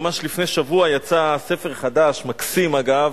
ממש לפני שבוע יצא ספר חדש, מקסים, אגב,